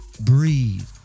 breathe